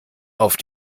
auf